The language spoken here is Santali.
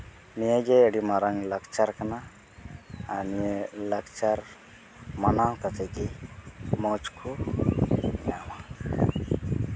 ᱱᱤᱭᱟᱹᱜᱮ ᱟᱹᱰᱤ ᱢᱟᱨᱟᱝ ᱞᱟᱠᱪᱟᱨ ᱠᱟᱱᱟ ᱟᱨ ᱱᱤᱭᱟᱹ ᱞᱟᱠᱪᱟᱨ ᱢᱟᱱᱟᱣ ᱠᱟᱛᱮᱜᱮ ᱢᱚᱡᱽ ᱠᱚ ᱧᱟᱢᱟ